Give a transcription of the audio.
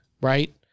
right